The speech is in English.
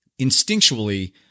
instinctually